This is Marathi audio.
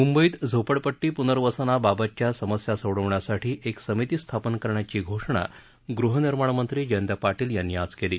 मुंबईत झोपडपट्टी प्नर्वसनाबाबतच्या समस्या सोडवण्यासाठी एक समिती स्थापन करण्याची घोषणा गृहनिर्माण मंत्री जयंत पाटील यांनी आज केली